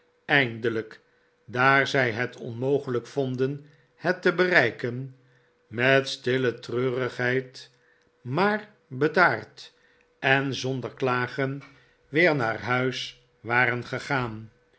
eindelijk daar zij het onmogelijk vonden het te bereiken met stille treurigheid maar bedaard en zonder klagen weer naar huis waren gegaan